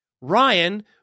Ryan